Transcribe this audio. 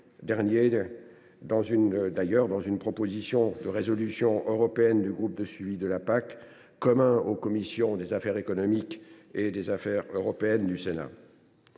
dernier dans une proposition de résolution européenne du groupe de suivi de la PAC, commun aux commissions des affaires économiques et des affaires européennes du Sénat.